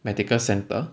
medical centre